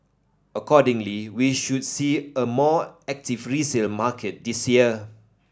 accordingly we should see a more active resale market this year